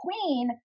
queen